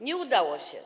Nie udało się.